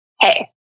hey